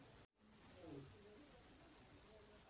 का छोटा किसान फसल बीमा के पात्र हई?